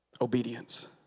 Obedience